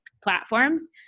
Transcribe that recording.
platforms